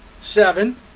seven